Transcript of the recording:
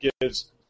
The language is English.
gives